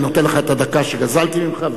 בבקשה, אני נותן לך את הדקה שגזלתי ממך.